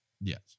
yes